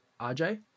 rj